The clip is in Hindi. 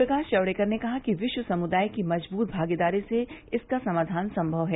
प्रकाश जावड़ेकर ने कहा कि विश्व समुदाय की मजबूत भागीदारी से इनका समाधान संभव है